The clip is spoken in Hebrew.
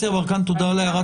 תודה על הערת